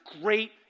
great